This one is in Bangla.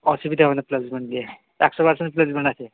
অসুবিধে হবে না প্লেসমেন্ট নিয়ে একশো পার্সেন্ট প্লেসমেন্ট আছে